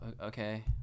okay